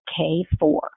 K4